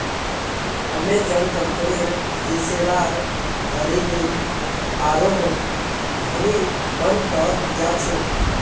Amazon कंपनीर हिस्सेदार हरदिन आरोह धनी बन त जा छेक